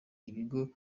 ibigo